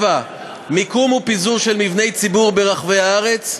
7. מיקום ופיזור של מבני ציבור ברחבי הארץ,